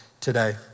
today